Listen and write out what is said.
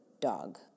dog